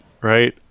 Right